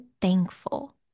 thankful